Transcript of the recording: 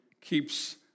keeps